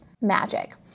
magic